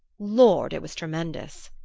lord, it was tremendous!